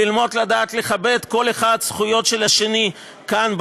ללמוד לדעת לכבד כל אחד את הזכויות של השני כאן,